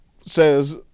Says